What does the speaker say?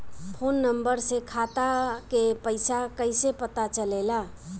Phone number से खाता के पइसा कईसे पता चलेला?